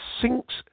sinks